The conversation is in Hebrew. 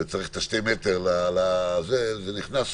וצריך 2 מטר, זה נכנס